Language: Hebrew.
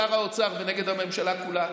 הממשלה ונגד שר האוצר ונגד הממשלה כולה.